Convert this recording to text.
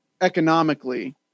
Economically